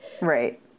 Right